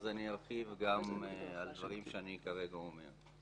אז אני ארחיב גם על דברים שאני כרגע אומר.